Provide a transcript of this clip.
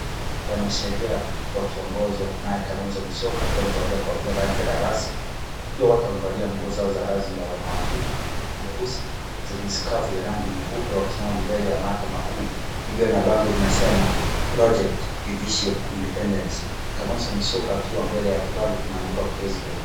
Wanasheria wakiongozwa naye kalonzo Mushrooms ka akiwa amevalia kofi lake la rasmi. Wakiwa wote wamevalia nguo zao za rasmi za wanawakiri. Nyeusi, zenye sikafu ya rangi nyeupe wakisimama mbele ya mahakama kuu. Iliyo na bango linasema Project Judicial Independence . Kalonzo Musyoka akiwa mbele ya kibango kimeandikwa president .